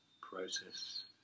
process